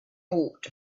thought